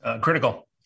Critical